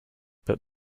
but